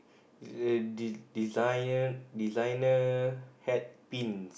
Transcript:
eh de~ designer designer hat pins